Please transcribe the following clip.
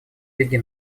лиги